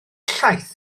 llaeth